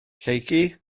lleucu